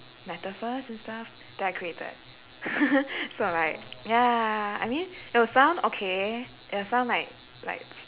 metaphors and stuff that I created so like ya I mean there was some okay there was some like like